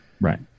Right